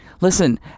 listen